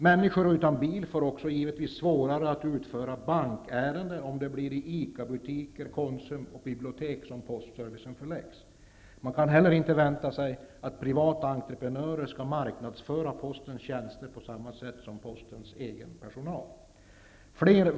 Människor utan bil får givetvis svårare att uträtta bankärenden om det blir till ICA-butiker, Konsum och bibliotek som postservicen förläggs. Man kan heller inte vänta sig att privata entreprenörer skall marknadsföra postens tjänster på samma sätt som postens egen personal.